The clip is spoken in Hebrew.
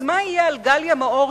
אז מה יהיה על גליה מאור,